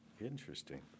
Interesting